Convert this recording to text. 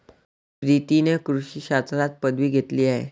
प्रीतीने कृषी शास्त्रात पदवी घेतली आहे